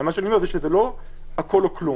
מה שאני אומר שזה לא הכול או כלום.